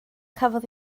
cafodd